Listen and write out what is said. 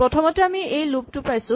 প্ৰথমতে আমি এই লুপ টো পাইছো